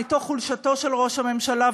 מתוך חולשתו של ראש הממשלה,